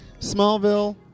smallville